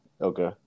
Okay